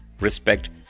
respect